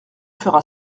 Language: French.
fera